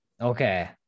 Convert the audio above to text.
Okay